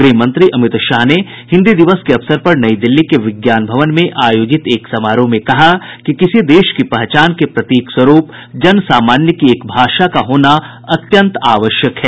गृहमंत्री अमित शाह ने हिन्दी दिवस के अवसर पर नई दिल्ली के विज्ञान भवन में आयोजित एक समारोह में कहा कि किसी देश की पहचान के प्रतीक स्वरूप जन सामान्य की एक भाषा होना अत्यंत आवश्यक है